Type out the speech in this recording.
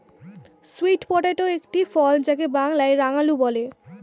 sweet potato একটি ফল যাকে বাংলায় রাঙালু বলে